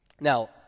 Now